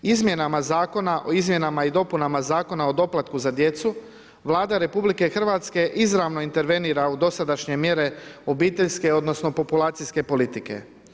Izmjenama zakona o izmjenama i dopunama Zakona o doplatku za djecu, Vlada RH izravno intervenira u dosadašnje mjere obiteljske, odnosno populacijske politike.